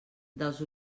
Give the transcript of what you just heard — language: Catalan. dels